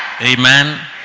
Amen